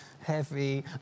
heavy